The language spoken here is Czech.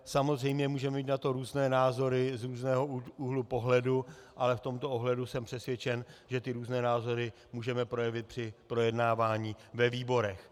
Samozřejmě můžeme mít na to různé názory i z různého úhlu pohledu, ale v tomto ohledu jsem přesvědčen, že ty různé názory můžeme projevit při projednávání ve výborech.